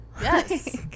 Yes